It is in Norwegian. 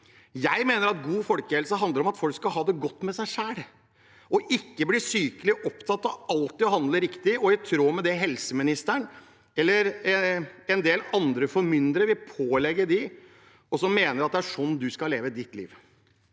Jeg mener at god folkehelse handler om at folk skal ha det godt med seg selv og ikke bli sykelig opptatt av alltid å handle riktig og i tråd med det helseministeren og en del andre formyndere vil pålegge en, som mener at det er slik man skal leve sitt liv.